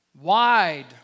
wide